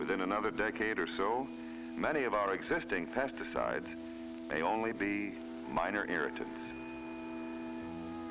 within another decade or so many of our existing pesticides may only be minor irrita